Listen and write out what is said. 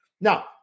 Now